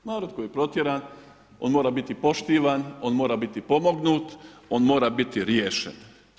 Narod koji je protjeran, on mora biti poštivan, on mora biti pomognut, on mora biti riješen.